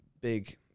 big